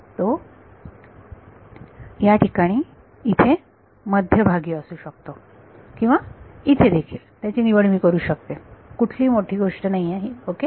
तो या ठिकाणी इथे मध्यभागी असू शकतो किंवा इथे देखील त्याची निवड करू शकते मी कुठली मोठी गोष्ट नाही ओके